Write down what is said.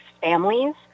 families